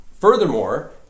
furthermore